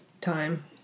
time